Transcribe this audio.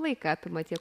laiką apima tie